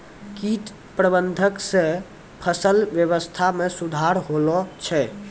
कीट प्रबंधक से फसल वेवस्था मे सुधार होलो छै